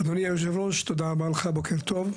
אדוני היושב ראש, תודה רבה לך, בוקר טוב.